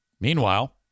Meanwhile